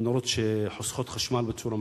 המנורות שחוסכות חשמל בצורה משמעותית.